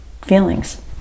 feelings